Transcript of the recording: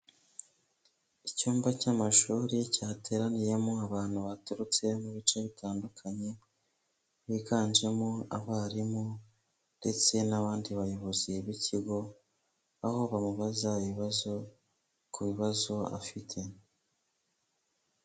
Icyumba cy'amashuri cyateraniyemo abantu baturutse mu bice bitandukanye, biganjemo abarimu ndetse n'abandi bayobozi b'ikigo, aho bamubaza ibibazo ku bibazo afite.